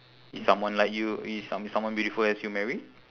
is someone like you is some~ someone beautiful as you married